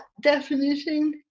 definition